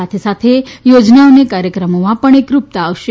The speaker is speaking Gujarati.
સાથેસાથે યોજનાઓ અને કાર્યક્રમોમાં પણ એકરૂપતા આવશે